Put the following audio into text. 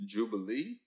Jubilee